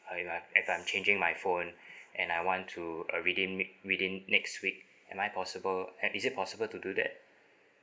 uh if I'm~ if I'm changing my phone and I want to uh redeem it within the next week am I possible uh is it possible to do that